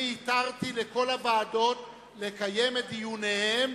אני התרתי לכל הוועדות לקיים את דיוניהן